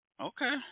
Okay